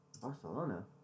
Barcelona